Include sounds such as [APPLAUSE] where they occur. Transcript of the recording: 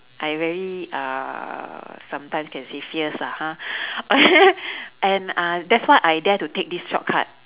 I very uh sometimes can say fierce lah ha [BREATH] [LAUGHS] and uh that's why I dare to take this shortcut